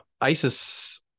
ISIS